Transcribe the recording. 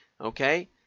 Okay